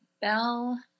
bell